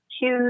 huge